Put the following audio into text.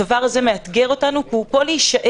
הדבר הזה מאתגר אותנו והוא פה להישאר,